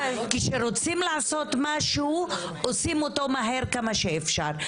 כי שרוצים לעשות משהו עושים אותו מהר כמה שאפשר,